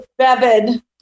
bevin